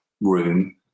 room